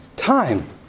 Time